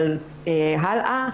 אבל הלאה,